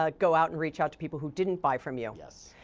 ah go out, and reach out to people who didn't buy from you. yes.